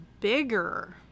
bigger